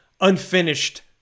unfinished